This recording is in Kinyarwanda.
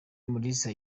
mulisa